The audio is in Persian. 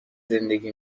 زندگی